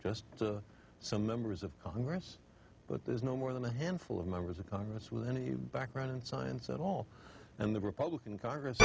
just some members of congress but there's no more than a handful of members of congress when he would background in science at all and the republican congress